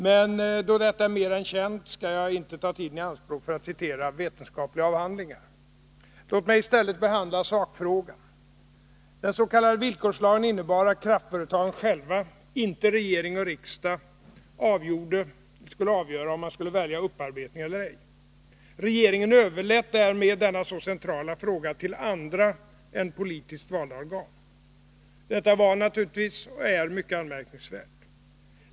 Men då detta är känt skall jaginte ta tiden i anspråk för att citera vetenskapliga avhandlingar. Låt mig i stället behandla sakfrågan. villkorslagen innebar att kraftföretagen själva — inte regering och riksdag — skulle avgöra om upparbetning skulle väljas eller ej. Regeringen överlät därmed denna så centrala fråga till andra än politiska organ. Detta var och är naturligtvis mycket anmärkningsvärt.